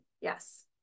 Yes